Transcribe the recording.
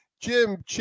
Jim